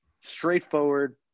Straightforward